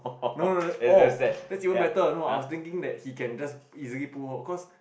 no no oh that's even better no I was thinking that he can just easily put off cause